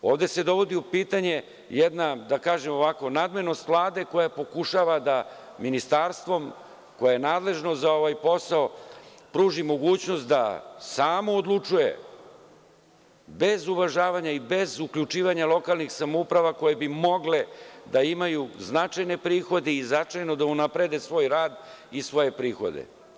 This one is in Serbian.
Ovde se dovodi u pitanje jedna, da tako kažem, nadmenost Vlade koja pokušava da ministarstvu koje je nadležno za ovaj posao pruži mogućnost da samo odlučuje, bez uvažavanja i bez uključivanja lokalnih samouprave koje bi mogle da imaju značajne prihode i značajno da unaprede svoj rad i svoje prihode.